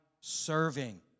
serving